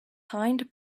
hind